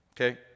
Okay